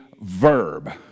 verb